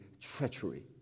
treachery